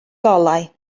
golau